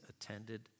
attended